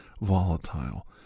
volatile